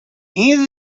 این